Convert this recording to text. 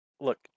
look